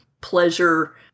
pleasure